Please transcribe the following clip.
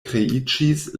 kreiĝis